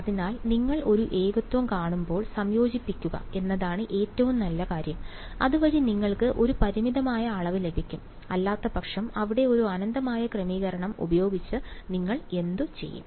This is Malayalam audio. അതിനാൽ നിങ്ങൾ ഒരു ഏകത്വം കാണുമ്പോൾ സംയോജിപ്പിക്കുക എന്നതാണ് ഏറ്റവും നല്ല കാര്യം അതുവഴി നിങ്ങൾക്ക് ഒരു പരിമിതമായ അളവ് ലഭിക്കും അല്ലാത്തപക്ഷം അവിടെ ഒരു അനന്തമായ ക്രമീകരണം ഉപയോഗിച്ച് നിങ്ങൾ എന്തുചെയ്യും